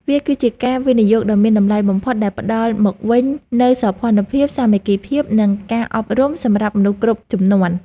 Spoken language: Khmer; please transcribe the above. វាគឺជាការវិនិយោគដ៏មានតម្លៃបំផុតដែលផ្ដល់មកវិញនូវ សោភ័ណភាព សាមគ្គីភាព និងការអប់រំ សម្រាប់មនុស្សគ្រប់ជំនាន់។